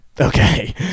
Okay